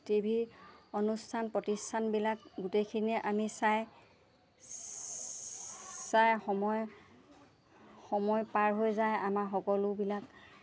T V অনুষ্ঠান প্ৰতিষ্ঠানবিলাক গোটেইখিনিয়ে আমি চাই চাই সময় সময় পাৰ হৈ যায় আমাৰ সকলোবিলাক